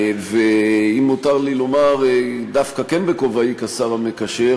ואם מותר לי לומר דווקא כן בכובעי כשר המקשר,